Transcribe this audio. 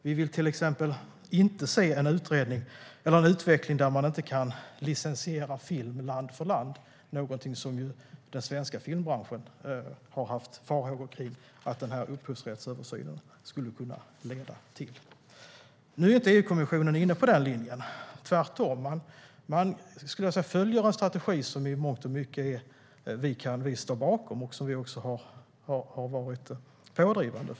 Vi vill till exempel inte se en utveckling mot att man inte kan licensiera film land för land, någonting som den svenska filmbranschen har haft farhågor att upphovsrättsöversynen skulle kunna leda till. Nu är EU-kommissionen inte inne på den linjen. Tvärtom följer man en strategi som vi i mångt och mycket kan stå bakom och som vi varit pådrivande i.